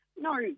No